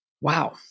Wow